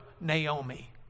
Naomi